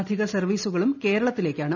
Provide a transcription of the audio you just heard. അധിക സർവ്വീസുകളും കേരളത്തി ലേക്കാണ്